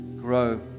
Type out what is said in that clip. grow